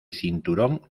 cinturón